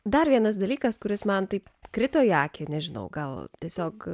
dar vienas dalykas kuris man taip krito į akį ir nežinau gal tiesiog